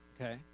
okay